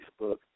Facebook